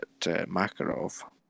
Makarov